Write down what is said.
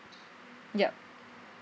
yup